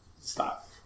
Stop